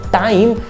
time